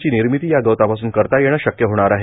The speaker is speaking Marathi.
ची निर्मिती या गवतापासून करता येणे शक्य होणार आहे